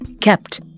kept